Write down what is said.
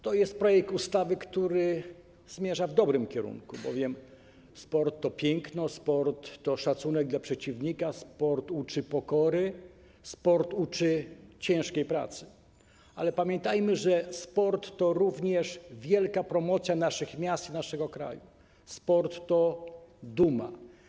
To jest projekt ustawy, który zmierza w dobrym kierunku, bowiem sport to piękno, sport to szacunek dla przeciwnika, sport uczy pokory, sport uczy ciężkiej pracy, ale pamiętajmy, że sport to również wielka promocja naszych miast i naszego kraju, sport to duma.